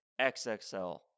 XXL